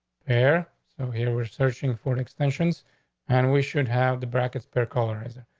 they're so here. we're searching for extensions and we should have the brackets pair colorism.